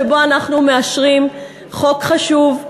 שבו אנחנו מאשרים חוק חשוב,